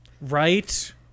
Right